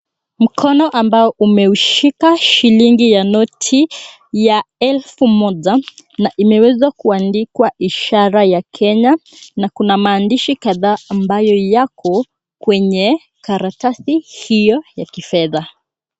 Mkono ambao umeshika shilingi ya noti ya elfu moja na imeweza kuandikwa ishara ya Kenya na kuna maandishi kadhaa ambayo yako kwenye karatasi hio ya kifedha.